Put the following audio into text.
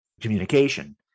communication